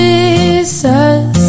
Jesus